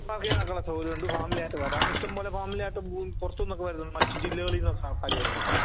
park ചെയ്യാനൊക്കെയുള്ള സൗകര്യമുണ്ട് family ആയിട്ട് വരാം ഇഷ്ട്ടം പോലെ ഫാമിലി ആയിട്ട് പു പുറത്തൂന്നൊക്കെ വരുന്നവർ മറ്റു ജില്ലകളീന്നൊക്കെ ആൾക്കാർ വരുന്നുണ്ട്